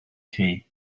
chi